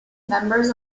members